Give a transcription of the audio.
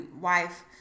wife